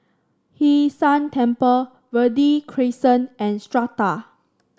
Hwee San Temple Verde Crescent and Strata